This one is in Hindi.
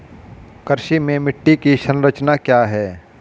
कृषि में मिट्टी की संरचना क्या है?